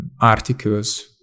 articles